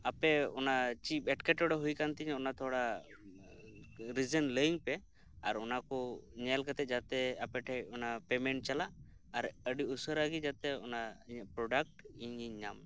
ᱟᱯᱮ ᱚᱱᱟ ᱪᱮᱫ ᱮᱴᱠᱮ ᱴᱚᱬᱮ ᱦᱩᱭ ᱟᱠᱟᱱ ᱛᱤᱧᱟ ᱚᱱᱟ ᱛᱷᱚᱲᱟ ᱨᱤᱡᱮᱱ ᱞᱟᱹᱭ ᱟᱹᱧ ᱯᱮ ᱟᱨ ᱚᱱᱟ ᱠᱚ ᱧᱮᱞ ᱠᱟᱛᱮᱫ ᱡᱟᱛᱮ ᱟᱯᱮᱴᱷᱮᱱ ᱚᱱᱟ ᱯᱮᱢᱮᱸᱴ ᱪᱟᱞᱟᱜ ᱟᱨ ᱟᱹᱰᱤ ᱩᱥᱟᱹᱨᱟᱜᱮ ᱡᱟᱛᱮ ᱤᱧᱟᱹ ᱚᱱᱟ ᱯᱨᱳᱰᱟᱠᱴ ᱤᱧᱤᱧ ᱧᱟᱢ